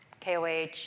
KOH